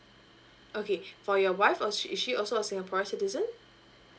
okay for your wife was she is she also a singaporean citizen